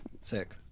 Sick